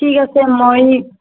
ঠিক আছে মই